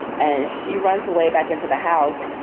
and she runs away back into the house.